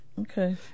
Okay